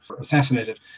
assassinated